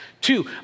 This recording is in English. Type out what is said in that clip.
Two